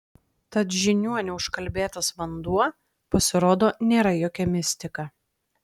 tad žiniuonių užkalbėtas vanduo pasirodo nėra jokia mistika